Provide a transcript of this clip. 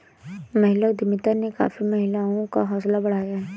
महिला उद्यमिता ने काफी महिलाओं का हौसला बढ़ाया है